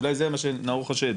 אולי זה מה שנאור חושד,